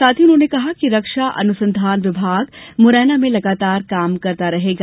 साथ ही उन्होंने कहा कि रक्षा अनुसंधान विभाग मुरैना में लगातार काम करता रहेगा